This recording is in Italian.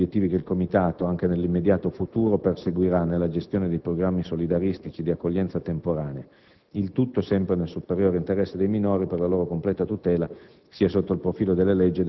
Questi sono i princìpi e gli obiettivi che il Comitato, anche nell'immediato futuro, perseguirà nella gestione dei programmi solidaristici di accoglienza temporanea, il tutto sempre nel superiore interesse dei minori, per la loro completa tutela